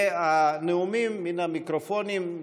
הנאומים מן המיקרופונים,